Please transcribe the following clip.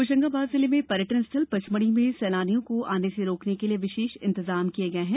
होशंगाबाद जिले में पर्यटन स्थल पचमढ़ी में सैलानियों को आने से रोकने के लिए विशेष इंतजाम किये गये हैं